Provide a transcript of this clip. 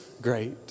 great